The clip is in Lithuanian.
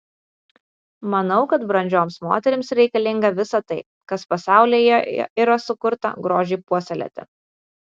manau kad brandžioms moterims reikalinga visa tai kas pasaulyje yra sukurta grožiui puoselėti